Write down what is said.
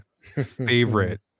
favorite